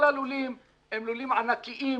כל הלולים הם לולים ענקיים,